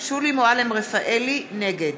נגד